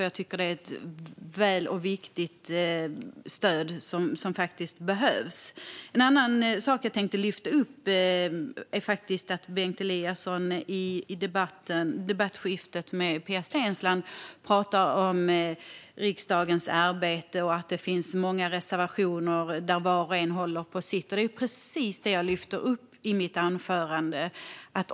Jag tycker att det är ett viktigt stöd som faktiskt behövs. Jag vill lyfta upp en annan sak. Bengt Eliasson talade i replikskiftet med Pia Steensland om riksdagens arbete och att det finns många reservationer där var och en håller på sitt. Det var precis det jag lyfte upp i mitt anförande.